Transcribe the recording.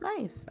nice